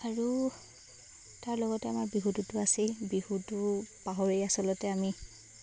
আৰু তাৰ লগতে আমাৰ বিহুটোতো আছেই বিহুটো পাহৰি আচলতে আমি